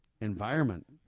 environment